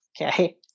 Okay